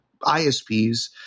ISPs